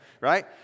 right